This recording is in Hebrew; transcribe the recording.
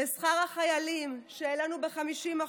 לשכר החיילים, שהעלינו ב-50%,